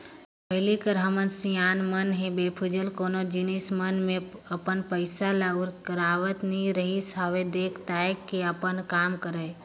पहिली कर हमर सियान मन ह बेफिजूल कोनो जिनिस मन म अपन पइसा ल उरकावत नइ रिहिस हवय देख ताएक कर अपन काम करय